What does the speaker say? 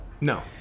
No